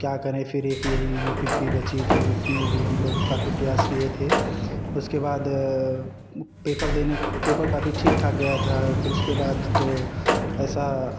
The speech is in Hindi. अब क्या करें फ़िर एक यही यू पी पी बची थी उसमें भी हम लोग काफ़ी प्रयास किए थे उसके बाद पेपर देने पेपर काफ़ी ठीक ठाक गया था फ़िर उसके बाद तो ऐसा